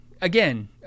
again